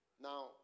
Now